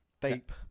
deep